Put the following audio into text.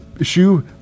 shoe